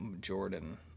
Jordan